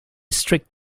strict